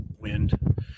wind